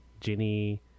Ginny